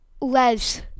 Les